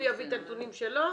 הוא יביא את הנתונים שלו